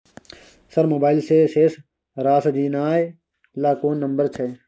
Sir mobile से शेस राशि जानय ल कोन नंबर छै?